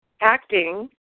acting